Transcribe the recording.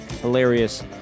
Hilarious